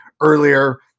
earlier